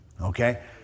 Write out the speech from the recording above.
okay